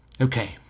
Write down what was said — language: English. Okay